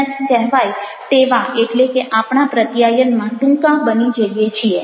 S કહેવાય તેવા એટલે કે આપણા પ્રત્યાયનમાં ટૂંકા બની જઈએ છીએ